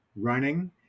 running